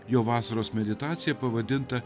jo vasaros meditaciją pavadintą